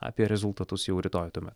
apie rezultatus jau rytoj tuomet